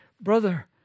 Brother